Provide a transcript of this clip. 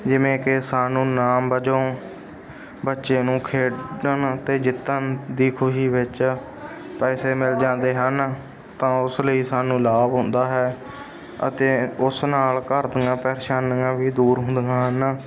ਜਿਵੇਂ ਕਿ ਸਾਨੂੰ ਇਨਾਮ ਵਜੋਂ ਬੱਚੇ ਨੂੰ ਖੇਡਣ ਅਤੇ ਜਿੱਤਣ ਦੀ ਖੁਸ਼ੀ ਵਿੱਚ ਪੈਸੇ ਮਿਲ ਜਾਂਦੇ ਹਨ ਤਾਂ ਉਸ ਲਈ ਸਾਨੂੰ ਲਾਭ ਹੁੰਦਾ ਹੈ ਅਤੇ ਉਸ ਨਾਲ ਘਰ ਦੀਆਂ ਪ੍ਰੇਸ਼ਾਨੀਆਂ ਵੀ ਦੂਰ ਹੁੰਦੀਆਂ ਹਨ